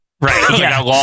Right